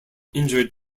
injured